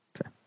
Okay